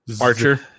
Archer